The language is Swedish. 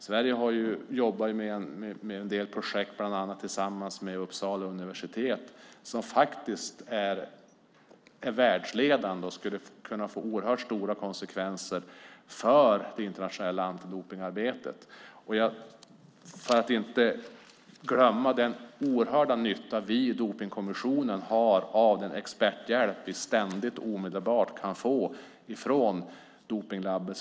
Sverige jobbar med en del projekt, bland annat tillsammans med Uppsala universitet, och är världsledande, och detta skulle kunna få oerhört stora konsekvenser för det internationella antidopningsarbetet. Man får inte glömma den stora nytta som vi i Dopingkommissionen har av den experthjälp som vi ständigt och omedelbart kan få från dopningslabbet.